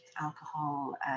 alcohol